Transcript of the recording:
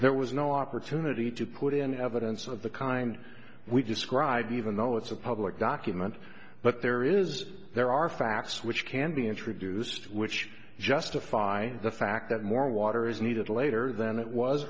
there was no opportunity to put in evidence of the kind we describe even though it's a public document but there is there are facts which can be introduced which justify the fact that more water is needed later than it was